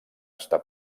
està